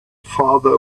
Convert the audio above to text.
farther